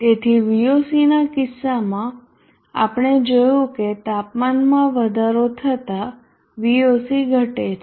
તેથી Voc ના કિસ્સામાં આપણે જોયું કે તાપમાનમાં વધારો થતાં Voc ઘટે છે